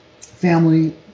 family